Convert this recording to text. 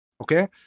okay